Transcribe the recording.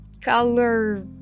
color